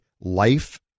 life